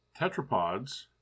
Tetrapods